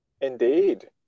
Indeed